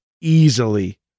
easily